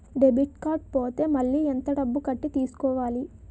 Debit card పోతే మళ్ళీ ఎంత డబ్బు కట్టి తీసుకోవాలి?